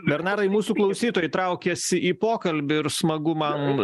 bernarai mūsų klausytojai traukiasi į pokalbį ir smagu man